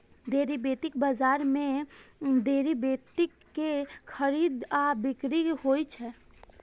derivative बाजार मे derivative के खरीद आ बिक्री होइ छै